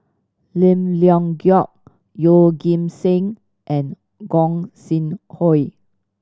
Lim Leong Geok Yeoh Ghim Seng and Gog Sing Hooi